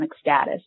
status